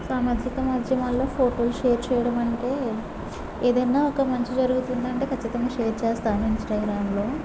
సామాజిక మాధ్యమాలలో ఫోటోలు షేర్ చేయడం అంటే ఏదైనా ఒక మంచి జరుగుతుంది అంటే ఖచ్చితంగా షేర్ చేస్తాను ఇంస్టాగ్రామ్ లో